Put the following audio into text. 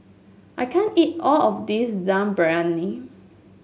I can't eat all of this Dum Briyani